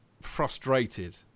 frustrated